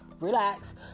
relax